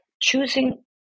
choosing